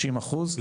30 אחוז?